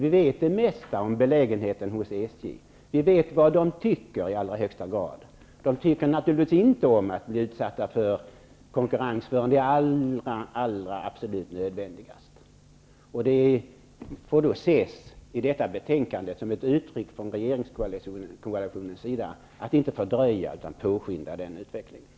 Vi vet det mesta om SJ:s belägenhet, och vi vet i allra högsta grad vad man inom SJ tycker. Naturligtvis tycker man inom SJ inte om att bli utsatt för konkurrens, om det inte är absolut nödvändigt. Detta betänkande får ses som ett uttryck för en önskan om, från regeringskoalitionens sida, att inte fördröja utvecklingen utan att påskynda den.